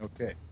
Okay